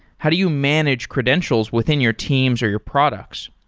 how do you manage credentials within your teams or your products?